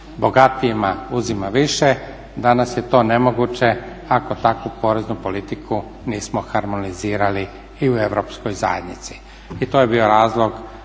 bogatijima uzima više, danas je to nemoguće ako takvu poreznu politiku nismo harmonizirali i u europskoj zajednici.